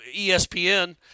ESPN